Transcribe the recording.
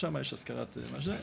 שם יש השכרת שמלות.